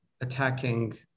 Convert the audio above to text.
attacking